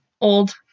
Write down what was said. old